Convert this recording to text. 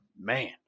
man